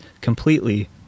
completely